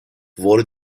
wurde